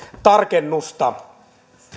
tarkennusta